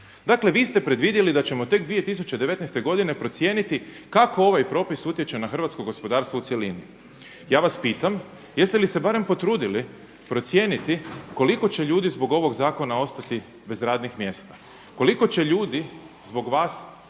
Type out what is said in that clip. dakle vi ste predvidjeli da ćemo tek 2019. godine procijeniti kako ovaj propis utječe na hrvatsko gospodarstvo u cjelini. Ja vas pitam, jeste li se barem potrudili procijeniti koliko će ljudi zbog ovog zakona ostati bez radnih mjesta, koliko će ljudi zbog vas